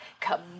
come